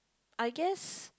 I guess